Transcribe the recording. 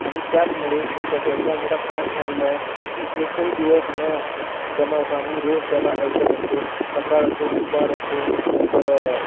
आणि त्याचमुळे मी त्याचा एवढा मोठा फॅन झालेलो आहे की एकही दिवस न गमावता मी रोज त्याला ऐकत असतो सकाळ असो दुपार असतो नंतर